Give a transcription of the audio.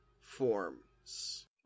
forms